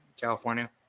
California